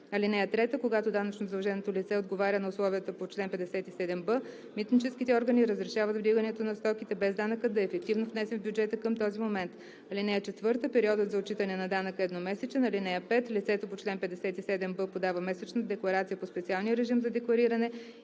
(3) Когато данъчно задълженото лице отговаря на условията по чл. 57б, митническите органи разрешават вдигането на стоките, без данъкът да е ефективно внесен в бюджета към този момент. (4) Периодът за отчитане на данъка е едномесечен. (5) Лицето по чл. 57б подава месечна декларация по специалния режим за деклариране